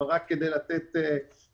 אבל רק כדי לתת דוגמה,